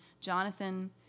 Jonathan